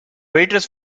waitress